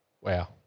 Wow